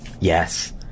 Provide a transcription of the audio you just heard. Yes